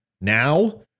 Now